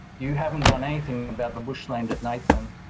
you haven't done anything about the bushland at nathan.